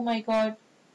oh my god